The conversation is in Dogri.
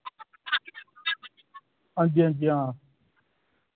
हां जी हां जी हां